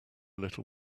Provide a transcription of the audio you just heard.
little